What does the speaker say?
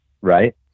Right